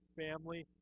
family